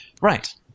Right